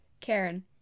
Karen